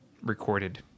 recorded